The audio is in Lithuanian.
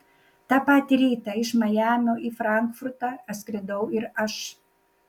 tą patį rytą iš majamio į frankfurtą atskridau ir aš